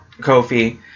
Kofi